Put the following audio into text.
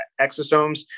exosomes